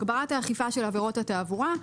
הגברת האכיפה של עבירות התעבורה.